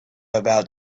about